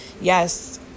yes